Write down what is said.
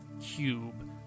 cube